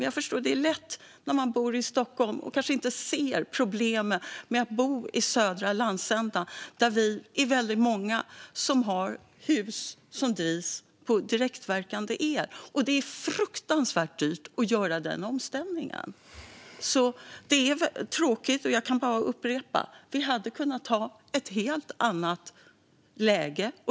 Jag förstår att det är lätt när man bor i Stockholm att inte se problemen med att bo i den södra landsändan där vi är många som har hus som drivs av direktverkande el. Det är fruktansvärt dyrt att göra den omställningen. Det är tråkigt, och jag kan bara upprepa att vi hade kunnat ha ett helt annat läge.